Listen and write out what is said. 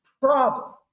problem